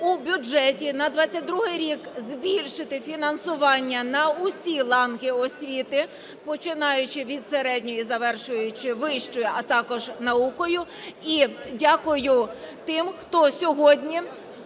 У бюджеті на 22-й рік збільшити фінансування на усі ланки освіти, починаючи від середньої, завершуючи вищою, а також наукою. І дякую тим, хто сьогодні